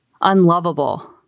unlovable